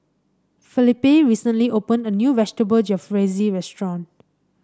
Felipe recently opened a new Vegetable Jalfrezi restaurant